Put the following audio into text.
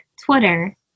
Twitter